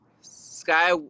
Sky